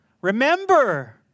Remember